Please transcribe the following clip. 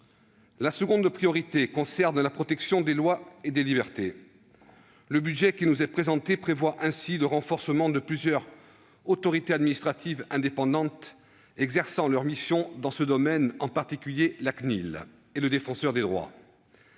La seconde priorité concerne la protection des droits et des libertés. Le budget qui nous est présenté prévoit ainsi le renforcement de plusieurs autorités administratives indépendantes exerçant leurs missions dans ce domaine, en particulier la Commission nationale de